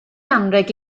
anrheg